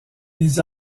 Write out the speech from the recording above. les